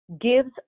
Gives